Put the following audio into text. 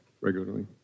regularly